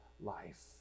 life